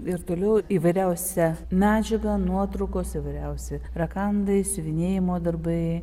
ir toliau įvairiausia medžiaga nuotraukos įvairiausi rakandai siuvinėjimo darbai